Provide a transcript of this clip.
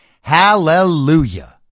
Hallelujah